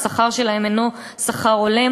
והשכר שלהן אינו שכר הולם.